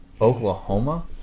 Oklahoma